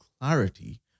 clarity